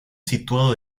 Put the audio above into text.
situado